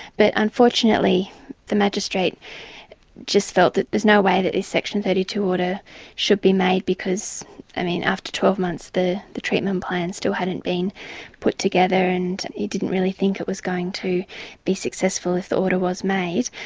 but unfortunately the magistrate just felt that there's no way that this section thirty two order should be made because i mean after twelve months, the the treatment plan still hadn't been put together and he didn't really think it was going to be successful if the order was made.